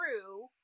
true